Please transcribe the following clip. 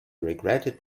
regretted